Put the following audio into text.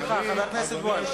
סליחה, חבר הכנסת בוים.